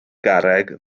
garreg